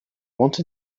want